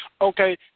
Okay